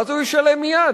ואז הוא ישלם מייד.